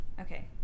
okay